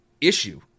issue